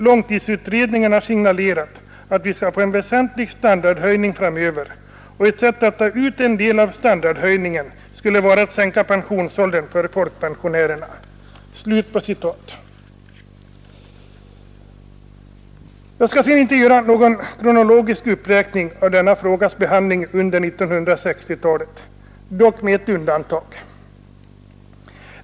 Långtidsutredningen har signalerat att vi skall få en väsentlig standardhöjning framöver ——— ett sätt att ta ut en del av standardhöjningen skulle vara att sänka pensionsåldern för folkpensionärerna.” Jag skall sedan inte göra någon kronologisk uppräkning av denna frågas behandling under 1960-talet, dock med ett undantag.